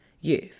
Yes